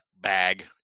bag